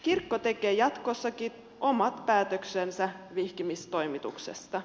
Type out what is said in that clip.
kirkko tekee jatkossakin omat päätöksensä vihkimistoimituksesta